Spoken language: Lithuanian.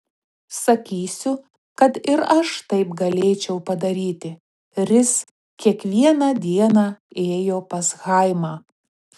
sakysiu kad ir aš taip galėčiau padaryti ris kiekvieną dieną ėjo pas chaimą